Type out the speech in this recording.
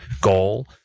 goal